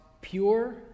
pure